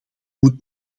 moet